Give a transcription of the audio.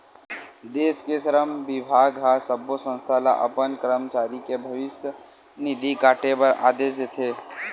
देस के श्रम बिभाग ह सब्बो संस्था ल अपन करमचारी के भविस्य निधि काटे बर आदेस देथे